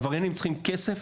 עבריינים צריכים כסף,